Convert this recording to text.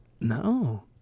No